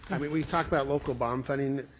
i mean when you talk about local bond funding,